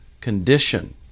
condition